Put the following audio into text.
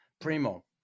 Primo